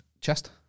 Chest